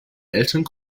älteren